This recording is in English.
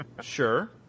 Sure